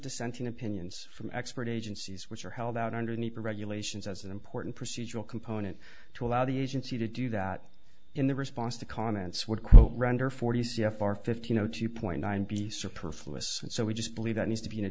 dissenting opinions from expert agencies which are held out underneath the regulations as an important procedural component to allow the agency to do that in the response to comments would quote render forty c f r fifty no two point nine piece or perforce so we just believe that needs to be in a